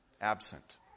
Absent